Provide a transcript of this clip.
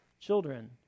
children